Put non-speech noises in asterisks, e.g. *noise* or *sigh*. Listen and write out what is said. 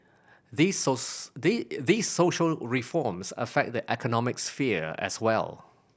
these *unintelligible* these social reforms affect the economic sphere as well